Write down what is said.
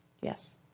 yes